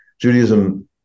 judaism